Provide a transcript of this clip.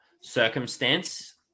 circumstance